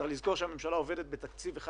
צריך לזכור שהממשלה עובדת בתקציב של אחד